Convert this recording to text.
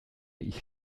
ich